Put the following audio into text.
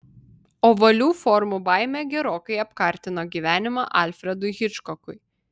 ovalių formų baimė gerokai apkartino gyvenimą alfredui hičkokui